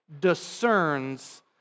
discerns